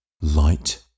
light